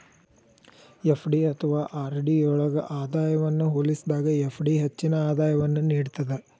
FD ಅಥವಾ RD ಯೊಳ್ಗಿನ ಆದಾಯವನ್ನ ಹೋಲಿಸಿದಾಗ ಎಫ್.ಡಿ ಹೆಚ್ಚಿನ ಆದಾಯವನ್ನು ನೇಡ್ತದ